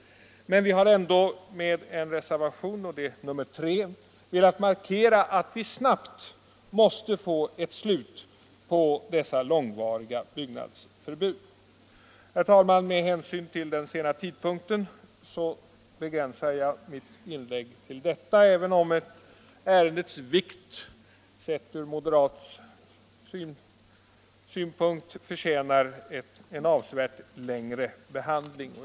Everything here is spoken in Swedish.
Men vi har ändå med reservationen 3 velat markera att det snabbt måste bli ett slut på dessa långvariga byggnadsförbud. Herr talman! Med hänvisning till den sena tidpunkten begränsar jag mitt inlägg till detta, även om ärendets vikt sett från moderat synpunkt motiverar en avsevärt längre behandling.